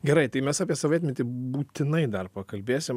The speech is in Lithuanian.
gerai tai mes apie sovietmetį būtinai dar pakalbėsim